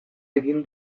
egin